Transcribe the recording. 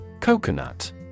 Coconut